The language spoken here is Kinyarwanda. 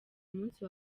umunsi